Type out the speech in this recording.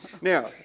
Now